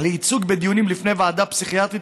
לייצוג בדיונים לפני ועדה פסיכיאטרית